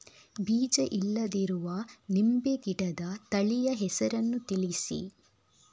ಬೀಜ ಇಲ್ಲದಿರುವ ನಿಂಬೆ ಗಿಡದ ತಳಿಯ ಹೆಸರನ್ನು ತಿಳಿಸಿ?